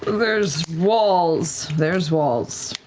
there's walls. there's walls.